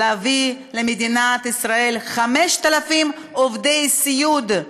להביא למדינת ישראל 5,000 עובדי סיעוד,